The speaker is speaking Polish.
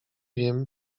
wiem